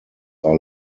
are